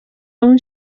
own